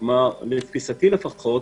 לתפיסתי לפחות,